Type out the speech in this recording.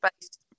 based